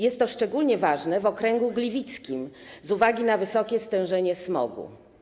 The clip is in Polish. Jest to szczególnie ważne w okręgu gliwickim z uwagi na wysokie stężenie smogu.